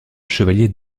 chevalier